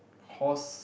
horse